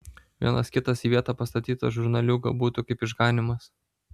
vienas kitas į vietą pastatytas žurnaliūga būtų kaip išganymas